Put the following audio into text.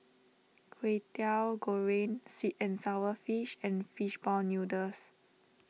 Kway Teow Goreng Sweet and Sour Fish and Fish Ball Noodles